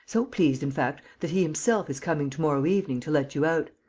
so pleased, in fact, that he himself is coming to-morrow evening to let you out.